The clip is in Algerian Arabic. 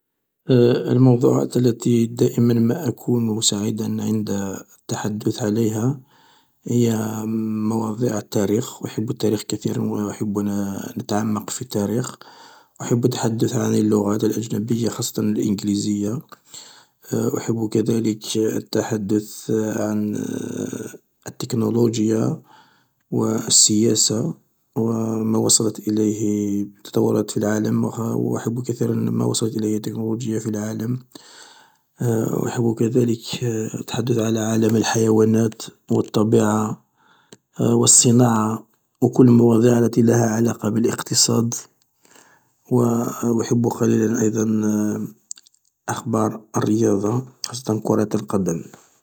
الموضوعات التي دائما ما أكون سعيدا عند التحدث عليها هي مواضيع التاريخ أحب التاريخ كثيرا و أحب أن أتعمق في التاريخ أحب التحدث عن اللغات الأجنبية خاصة الإنجليزية أحب كذلك التحدث عن التكنولوجيا و السياسة و ما وصلت إليه التطورات في العالم و أحب كثيرا ما وصلت إليه التكنولوجيا في العالم و أحب كذلك التحدث على عالم الحيوانات الطبيعة و الصناعة و كل المواضيع التي لها علاقة بالاقتصاد و أحب قليلا أيضا أخبار الرياضة خاصة كرة القدم.